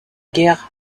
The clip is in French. guère